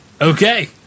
Okay